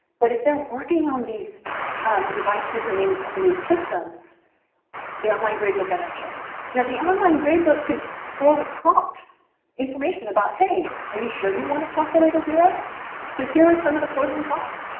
but if they're working on these um devices and and and these systems the online grade book i mentioned you know the online grade book could prompt information about, hey, are you sure you want to calculate a zero because here are some of the pros and cons.